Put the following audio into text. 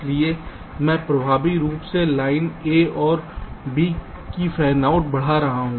इसलिए मैं प्रभावी रूप से लाइन A और B की फैनआउट बढ़ा रहा हूं